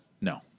no